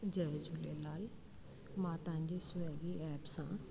जय झूलेलाल मां त Swiggy app सां